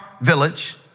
village